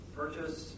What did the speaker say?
purchase